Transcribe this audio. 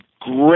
Great